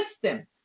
system